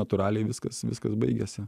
natūraliai viskas viskas baigėsi